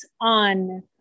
on